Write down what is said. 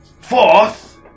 Fourth